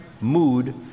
mood